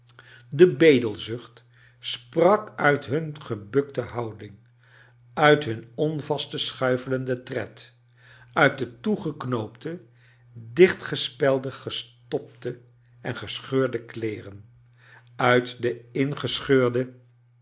de bedelzucht sprak uit hun gebukte houding uit hun onvasten schuifelenden tred uit de toegeknoopte dichtgespelde gestopte en gescheurde kleeren uit de ingcscheurde